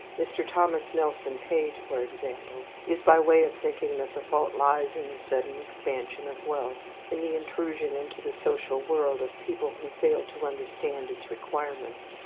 mr. thomas nelson page, for example, is by way of thinking that the fault lies in the sudden expansion of wealth, in the intrusion into the social world of people who fail to understand its requirements,